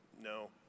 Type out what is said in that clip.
No